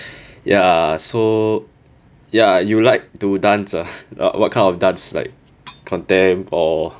ya so ya you like to dance ah what kind of dance like contempt or